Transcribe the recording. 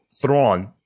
Thrawn